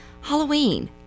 Halloween